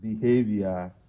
behavior